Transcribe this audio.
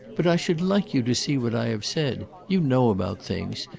but i should like you to see what i have said. you know about things,